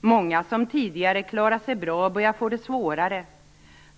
Många som tidigare klarade sig bra börjar få det svårare.